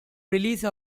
release